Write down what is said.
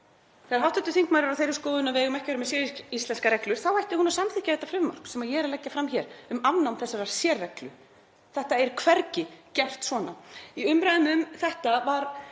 Þar sem hv. þingmaður er á þeirri skoðun að við ættum ekki að vera með séríslenskar reglur þá ætti hún að samþykkja þetta frumvarp sem ég er að leggja fram hér um afnám þessarar sérreglu. Þetta er hvergi gert svona. Í umræðum um þetta var